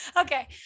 okay